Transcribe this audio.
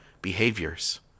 behaviors